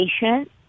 patient